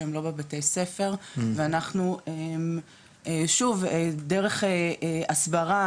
שהם לא בבתי ספר ואנחנו שוב דרך הסברה,